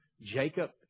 Jacob